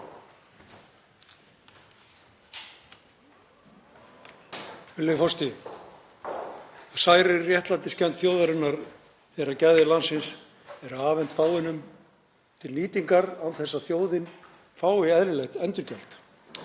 forseti. Það særir réttlætiskennd þjóðarinnar þegar gæði landsins eru afhent fáeinum til nýtingar án þess að þjóðin fái eðlilegt endurgjald.